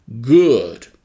good